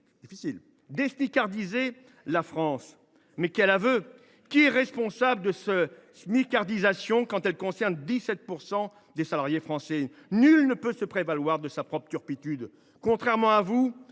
désmicardiser » la France. Mais quel aveu ! Qui est responsable de cette smicardisation, quand elle concerne 17 % des salariés français ? Nul ne peut se prévaloir de sa propre turpitude ! Contrairement à vous,